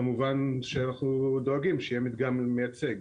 כמובן שאנחנו דואגים שיהיה מדגם מייצג,